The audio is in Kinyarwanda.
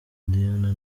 diane